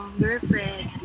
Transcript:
girlfriend